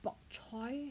bok choy